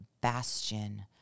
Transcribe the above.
bastion